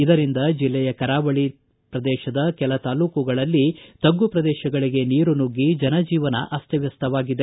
ಇದರಿಂದ ಜಿಲ್ಲೆಯ ಕರಾವಳಿ ಕೆಲ ತಾಲೂಕುಗಳಲ್ಲಿ ತಗ್ಗು ಪ್ರದೇಶಗಳಗೆ ನೀರು ನುಗ್ಗಿ ಜನಜೀವನ ಅಸ್ತವ್ದ್ರವಾಗಿದೆ